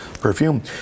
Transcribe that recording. perfume